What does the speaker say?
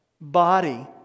Body